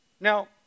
Now